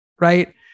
right